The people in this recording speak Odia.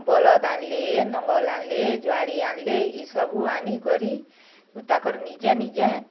ବଲଦ୍ ଆନିଲେ ନଙ୍ଗଲ ଆନିଲେ ଯୁଆଡ଼ି ଆନିଲେ ଏ ସବୁ ଆନିକରି ଓ ତାକର୍ ନିଜେ ନିଜେ